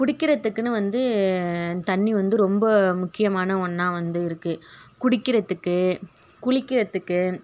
குடிக்கிறத்துக்குன்னு வந்து தண்ணி வந்து ரொம்ப முக்கியமான ஒன்னாக வந்து இருக்கு குடிக்கிறத்துக்கு குளிக்கிறதுக்கு